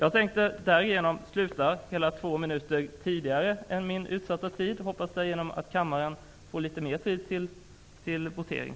Så tänkte jag nu sluta två minuter tidigare än min utsatta tid och ger därmed kammaren litet mera tid till votering.